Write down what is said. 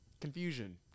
confusion